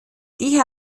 die